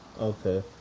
Okay